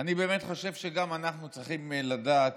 אני באמת חושב שגם אנחנו צריכים לדעת